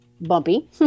bumpy